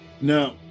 no